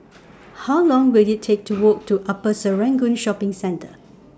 How Long Will IT Take to Walk to Upper Serangoon Shopping Centre